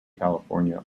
california